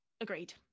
agreed